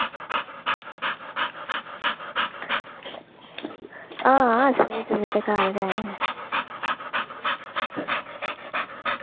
आं सबेरै सबेरै घर गै न